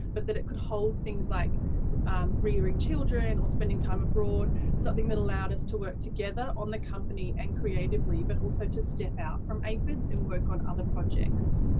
but that it could hold things like iron oring children or spending time abroad. something that allowed us to work together on the company and creatively, but also to step out from aphids and work on other projects.